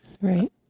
Right